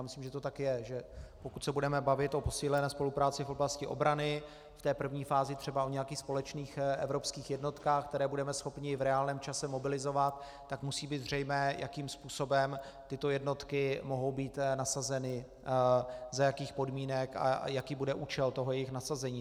Myslím, že to tak je, že pokud se budeme bavit o posílené spolupráci v oblasti obrany, v té první fázi třeba o nějakých společných evropských jednotkách, které budeme schopni v reálném čase mobilizovat, tak musí být zřejmé, jakým způsobem tyto jednotky mohou být nasazeny, za jakých podmínek a jaký bude účel jejich nasazení.